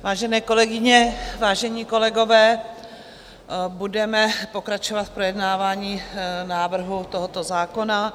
Vážené kolegyně, vážení kolegové, budeme pokračovat v projednávání návrhu tohoto zákona.